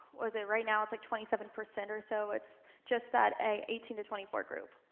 what is it? right now, it's like twenty seven percent or so. it's just that eighteen to twenty four group,